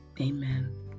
amen